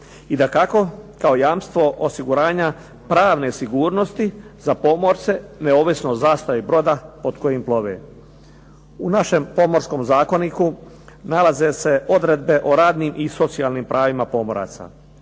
i dakako kao jamstvo osiguranja pravne sigurnosti za pomorce neovisno o zastavi broda pod kojim plove. U našem Pomorskom zakoniku nalaze se odredbe o radnim i socijalnim pravima pomoraca.